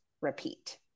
repeat